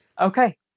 Okay